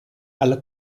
alla